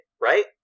right